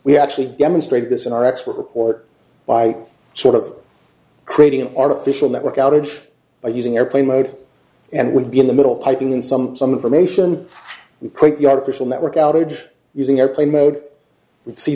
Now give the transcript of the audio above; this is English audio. we actually demonstrated this in our expert report by sort of creating an artificial network outage by using airplane mode and we'd be in the middle cutting in some some information quit the artificial network outage using airplane mode and see